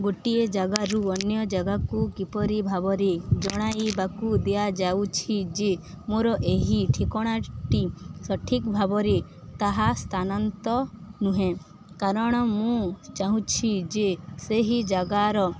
ଗୋଟିଏ ଜାଗାରୁ ଅନ୍ୟ ଜାଗାକୁ କିପରି ଭାବରେ ଜଣାଇବାକୁ ଦିଆଯାଉଛି ଯେ ମୋର ଏହି ଠିକଣାଟି ସଠିକ୍ ଭାବରେ ତାହା ସ୍ଥାନାନ୍ତରିତ ନୁହେଁ କାରଣ ମୁଁ ଚାହୁଁଛି ଯେ ସେହି ଜାଗାର